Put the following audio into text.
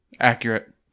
accurate